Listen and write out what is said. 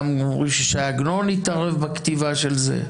אומרים שש"י עגנון התערב בכתיבה של זה.